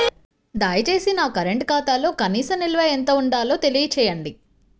దయచేసి నా కరెంటు ఖాతాలో కనీస నిల్వ ఎంత ఉండాలో తెలియజేయండి